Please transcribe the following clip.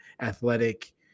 athletic